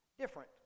different